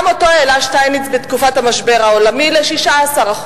גם אותו העלה שטייניץ בתקופת המשבר העולמי ל-16%,